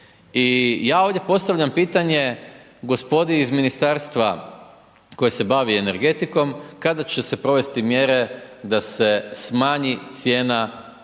I ja ovdje postavljam pitanje gospodi iz ministarstva koje se bavi energetikom, kada će se provesti mjere da se smanji cijena